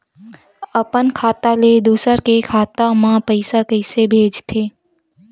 अपन खाता ले दुसर के खाता मा पईसा कइसे भेजथे?